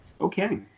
Okay